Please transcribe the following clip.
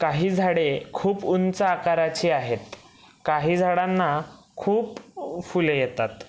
काही झाडे खूप उंच आकाराची आहेत काही झाडांना खूप फुले येतात